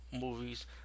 movies